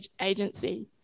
agency